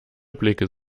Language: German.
blicke